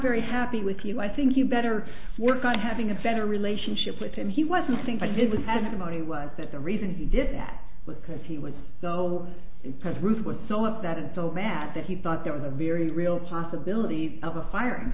very happy with you i think you better work on having a better relationship with him he wasn't think i did was have the money was that the reason he did that was because he was so impressed ruth was so upset and so mad that he thought there was a very real possibility of a fire and